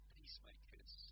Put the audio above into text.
peacemakers